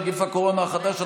נגיף הקורונה החדש),